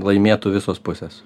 laimėtų visos pusės